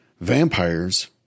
vampires